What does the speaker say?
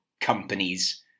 companies